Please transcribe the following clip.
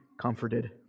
comforted